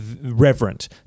reverent